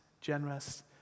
generous